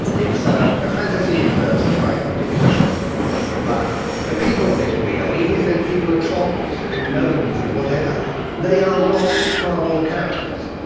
it's a fantasy universe, a quite ridiculous one but the people on it are real, even if those people are trolls and gnomes and whatever, they are not cardboard characters.